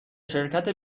شرکت